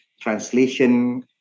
translation